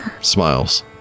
Smiles